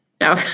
No